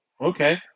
okay